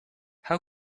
how